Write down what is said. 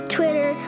Twitter